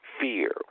fear